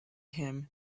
him